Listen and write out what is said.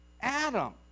Adam